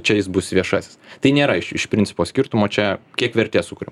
čia jis bus viešasis tai nėra iš iš principo skirtumo čia kiek vertės sukuriam